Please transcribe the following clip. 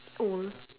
old